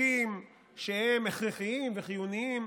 חוקים שהם הכרחיים וחיוניים,